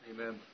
Amen